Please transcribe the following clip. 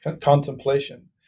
contemplation